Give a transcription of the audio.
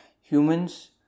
humans